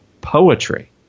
poetry